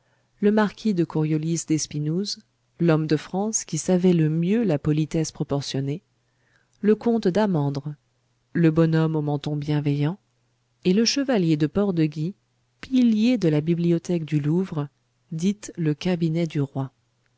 le marquis de coriolis d'espinouse l'homme de france qui savait le mieux la politesse proportionnée le comte d'amendre le bonhomme au menton bienveillant et le chevalier de port de guy pilier de la bibliothèque du louvre dite le cabinet du roi